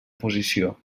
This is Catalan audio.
posició